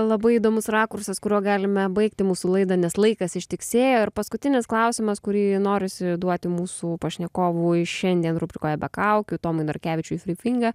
labai įdomus rakursas kuriuo galime baigti mūsų laidą nes laikas ištiksėjo ir paskutinis klausimas kurį norisi duoti mūsų pašnekovui šiandien rubrikoje be kaukių tomui narkevičiui frifinga